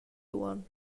uonn